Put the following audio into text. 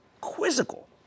Quizzical